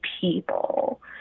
people